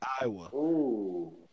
Iowa